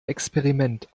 experiment